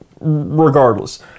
regardless